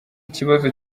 kibazo